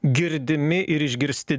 girdimi ir išgirsti